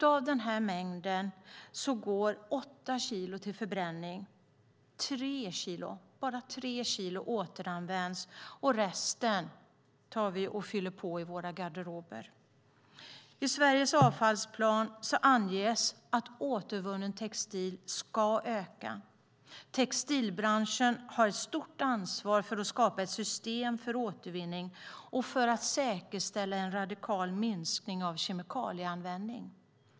Av denna mängd går 8 kilo till förbränning, bara 3 kilo återanvänds och resten finns kvar i våra garderober. I Sveriges avfallsplan anges att andelen återvunnen textil ska öka. Textilbranschen har ett stort ansvar för att skapa ett system för återvinning och för att säkerställa en radikal minskning av kemikalieanvändning.